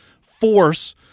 force